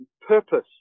purpose